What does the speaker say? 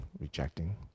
rejecting